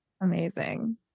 Amazing